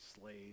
slave